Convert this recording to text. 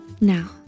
Now